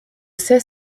sais